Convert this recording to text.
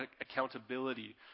accountability